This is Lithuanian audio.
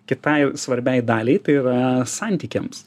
kitai svarbiai daliai tai yra santykiams